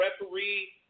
referee